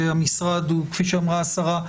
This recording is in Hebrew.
המשרד כפי שאמרה השרה,